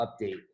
update